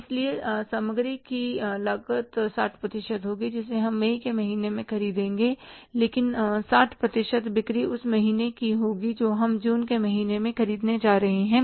इसलिए सामग्री की लागत 60 प्रतिशत होगी जिसे हम मई के महीने में खरीदेंगे लेकिन 60 प्रतिशत बिक्री उस महीने की होगी जो हम जून के महीने में करने जा रहे हैं